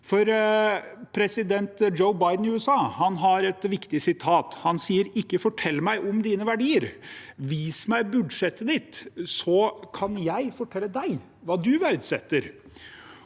President Joe Biden i USA har en viktig uttalelse. Han sier: Ikke fortell meg om dine verdier. Vis meg budsjettet ditt, så kan jeg fortelle deg hva du verdsetter.